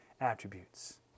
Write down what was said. attributes